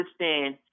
understand